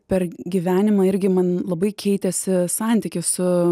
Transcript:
per gyvenimą irgi man labai keitėsi santykis su